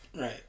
Right